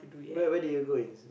where where did you go in